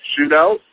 shootout